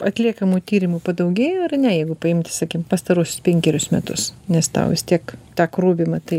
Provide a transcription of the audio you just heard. atliekamų tyrimų padaugėjo ar ne jeigu paimti sakykime pastaruosius penkerius metus nes tau vis tiek tą krūvį matai